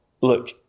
look